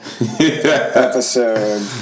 episode